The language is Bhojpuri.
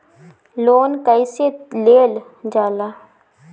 लोन कईसे लेल जाला?